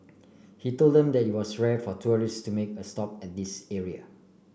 he told them that it was rare for tourist to make a stop at this area